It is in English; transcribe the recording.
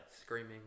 Screaming